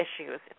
issues